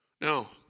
Now